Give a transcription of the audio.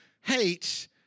hates